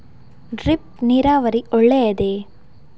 Drip ನೀರಾವರಿ ಒಳ್ಳೆಯದೇ?